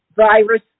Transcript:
virus